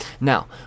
Now